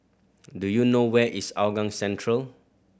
do you know where is Hougang Central